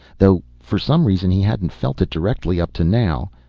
though for some reason he hadn't felt it directly up to now,